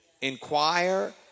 Inquire